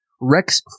rex